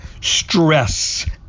stress